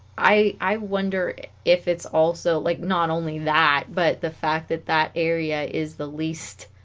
i wonder if it's also like not only that but the fact that that area is the least